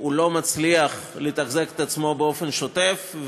הוא לא מצליח לתחזק את עצמו באופן שוטף,